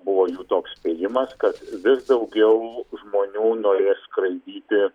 buvo jų toks spėjimas kad vis daugiau žmonių norės skraidyti